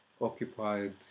occupied